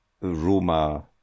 Roma